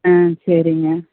ம் சரிங்க